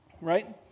right